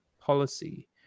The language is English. policy